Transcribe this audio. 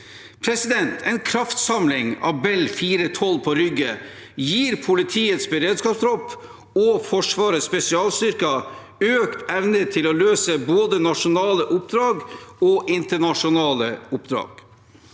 plass. En kraftsamling av Bell 412 på Rygge gir politiets beredskapstropp og Forsvarets spesialstyrker økt evne til å løse både nasjonale oppdrag og internasjonale oppdrag.